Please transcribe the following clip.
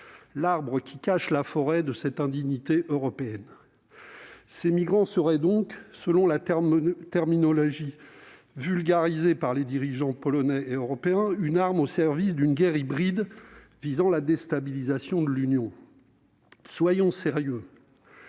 l'arbre qui cache la forêt de cette indignité européenne. Ces migrants seraient donc, selon la terminologie vulgarisée par les dirigeants polonais et européens, une « arme » au service d'une « guerre hybride » visant la déstabilisation de l'Union. Soyons sérieux